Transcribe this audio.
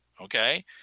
okay